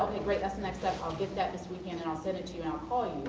great, that's the next step, i'll get that this weekend and i'll send it to you and i'll call you.